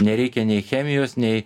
nereikia nei chemijos nei